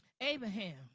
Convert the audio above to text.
Abraham